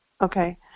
Okay